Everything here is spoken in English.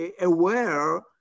aware